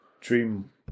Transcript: dream